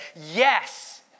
Yes